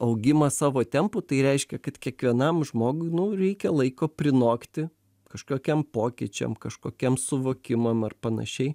augimą savo tempu tai reiškia kad kiekvienam žmogui reikia laiko prinokti kažkokiam pokyčiam kažkokiem suvokimams ar panašiai